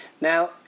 Now